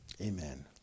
Amen